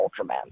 Ultraman